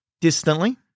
Distantly